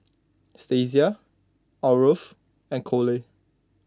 Stasia Aarav and Cole